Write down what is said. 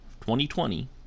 2020